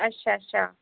अच्छा अच्छा